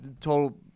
total